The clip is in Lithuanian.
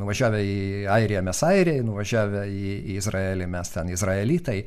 nuvažiavę į airiją mes airiai nuvažiavę į izraelį mes ten izraelitai